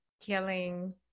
killing